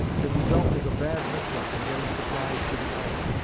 the result was a bad mix-up in getting supplies to the army,